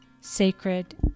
sacred